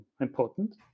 important